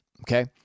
Okay